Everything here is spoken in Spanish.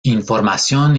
información